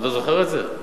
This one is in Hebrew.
אתה זוכר את זה?